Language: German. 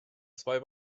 zwei